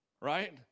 Right